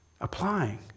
Applying